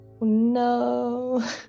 No